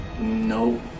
No